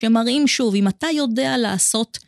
כמראים שוב אם אתה יודע לעשות.